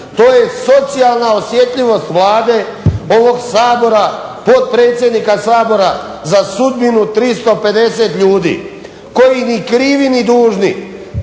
to je socijalna osjetljivost Vlade, ovog Sabora, potpredsjednika Sabora za sudbinu 350 ljudi, koji ni krivi ni dužni